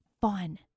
fun